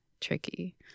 tricky